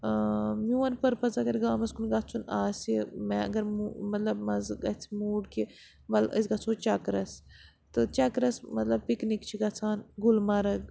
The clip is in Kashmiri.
میون پٔرپَز اَگر گامَس کُن گژھُن آسہِ مےٚ اگر مطلب مَزٕ گژھِ موٗڈ کہِ وَلہٕ أسۍ گَژھو چَکرَس تہٕ چَکرَس مطلب پِکنِک چھِ گژھان گُلمَرٕگ